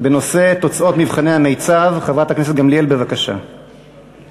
תוצאות מבחני המיצ"ב, הצעות לסדר-היום